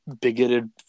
bigoted